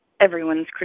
everyone's